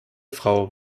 frau